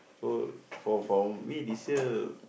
so for for me this year